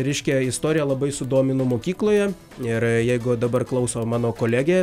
reiškia istorija labai sudomino mokykloje ir jeigu dabar klauso mano kolegė